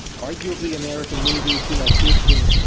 arguably, american movies you know peaked in,